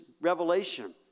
revelation